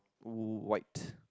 white